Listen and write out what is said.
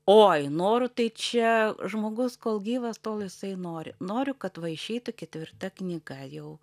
oi norų tai čia žmogus kol gyvas tol jisai nori noriu kad va išeitų ketvirta knyga jau